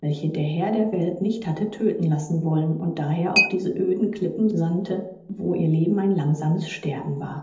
welche der herr der welt nicht hatte tödten lassen wollen und daher auf diese öden klippen sandte wo ihr leben ein langsames sterben war